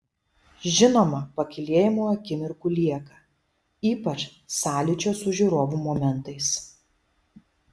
žinoma pakylėjimo akimirkų lieka ypač sąlyčio su žiūrovu momentais